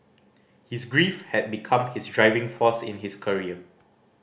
his grief had become his driving force in his career